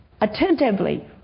Attentively